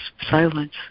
silence